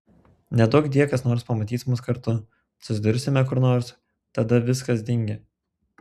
neduokdie kas nors pamatys mus kartu susidursime kur nors tada viskas dingę